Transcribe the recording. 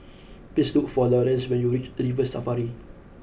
please look for Lorenz when you reach River Safari